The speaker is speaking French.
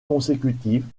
consécutives